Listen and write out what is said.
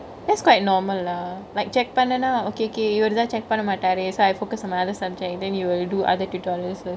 that's quite normal lah like check பன்லனா:panlenaa okay kay இவருதா:ivaruthaa check பன்ன மாட்டாரெ:panne maatare so I focus on other subjects then you will do other tutorials